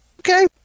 Okay